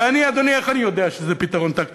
ואני, אדוני, איך אני יודע שזה פתרון טקטי?